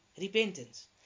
repentance